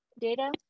data